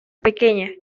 pequeña